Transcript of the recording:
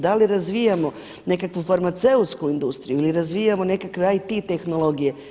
Da li razvijamo nekakvu farmaceutsku industriju ili razvijamo nekakve IT tehnologije?